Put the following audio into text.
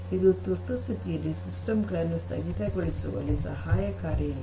ಇದು ತುರ್ತುಸ್ಥಿತಿಗಳಲ್ಲಿ ಸಿಸ್ಟಮ್ಸ್ ಗಳನ್ನು ಸ್ಥಗಿತಗೊಳಿಸುವಲ್ಲಿ ಸಹಾಯಕಾರಿಯಾಗಿದೆ